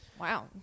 Wow